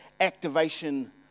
activation